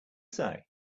say